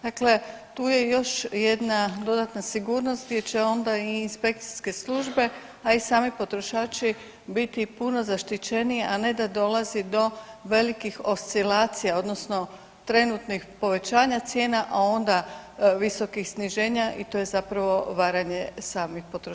Dakle, tu je još jedna dodatna sigurnost gdje će onda i inspekcijske službe, a i sami potrošači biti puno zaštićeniji, a ne da dolazi do velikih oscilacija odnosno trenutnih povećanja cijena, a onda visokih sniženja i to je zapravo varanje samih potrošača.